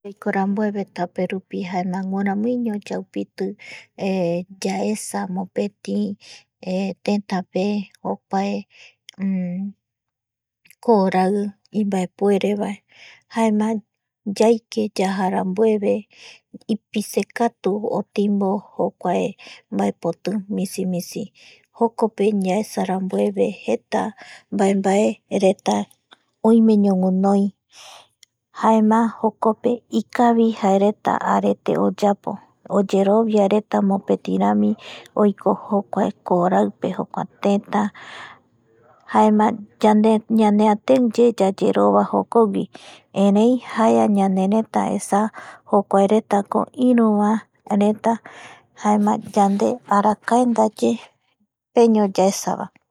Yaiko rambueve tape rupi jaema guiramuiño yaupiti yaesa mopeti tetape jokuae korai imbaepuerevae jaema yaike yaja rambueve ipisekatu otimbo jokuae mbaepoti misimisijokope yaesarambueve jeta mbae, mbaereta oime ñoguinoi jaema jokope ikavi jaerta arete oyapo oyeroviareta jaereta mopetirami oiko jokuae kooraipe jokuae teta jaema yande ñaneateiye yayerova jokogui erei jaea ñenereta esa jokuaretako iruvaereta jaema yande arakae ndaye peño yaesavae